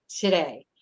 today